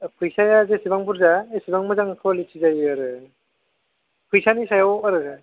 आरो फैसाया जेसेबां बुरजा एसेबां मोजां क'वालिटि जायो आरो फैसानि सायाव आरो